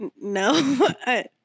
No